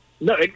No